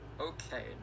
Okay